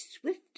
swift